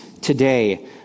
today